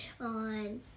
on